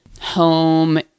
home